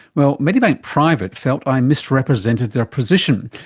well, medibank private felt i misrepresented their position.